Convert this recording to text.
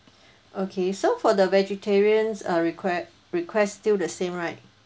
okay so for the vegetarians err reque~ request still the same right